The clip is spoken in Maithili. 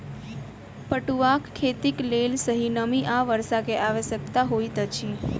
पटुआक खेतीक लेल सही नमी आ वर्षा के आवश्यकता होइत अछि